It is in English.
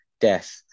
death